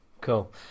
cool